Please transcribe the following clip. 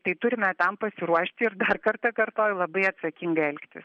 tai turime tam pasiruošti ir dar kartą kartoju labai atsakingai elgtis